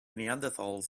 neanderthals